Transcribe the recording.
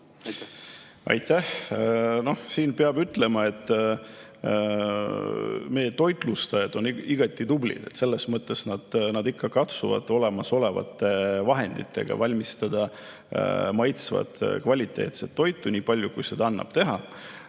Aitäh! Siin peab ütlema, et meie toitlustajad on igati tublid. Selles mõttes, et nad ikka katsuvad olemasolevate vahenditega valmistada maitsvat ja kvaliteetset toitu, nii palju kui seda annab teha.